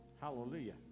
Hallelujah